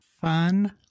fun